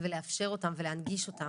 לאפשר אותם ולהנגיש אותם.